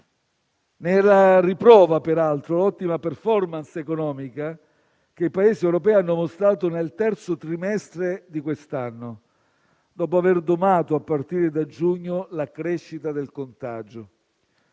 Ne è riprova, peraltro, l'ottima *performance* economica che i Paesi europei hanno mostrato nel terzo trimestre di quest'anno, dopo aver domato a partire da giugno la crescita del contagio.